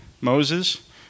Moses